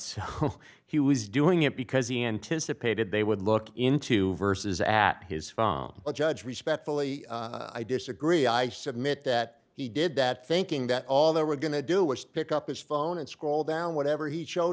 s he was doing it because he anticipated they would look into verses at his farm but judge respectfully i disagree i submit that he did that thinking that all they were going to do was pick up his phone and scroll down whatever he showed